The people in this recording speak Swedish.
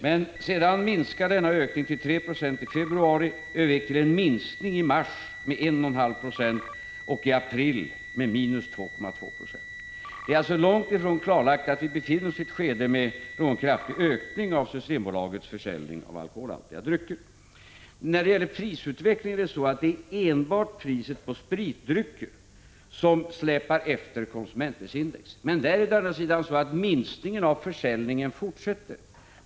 Ökningen minskade till 3 Zo i februari, och sedan fick vi en minskning, i mars med 1,5 20 och i april med 2,2 90. Det är alltså långt ifrån klarlagt att vi befinner oss i ett skede med kraftig ökning av Systembolagets försäljning av alkoholhaltiga drycker. När det gäller prisutvecklingen är det så att enbart priset på spritdrycker släpar efter konsumentprisindex. Där är det å andra sidan så att minskningen i försäljningen fortsätter.